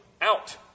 out